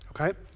Okay